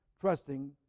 trusting